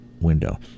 window